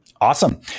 Awesome